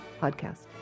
podcast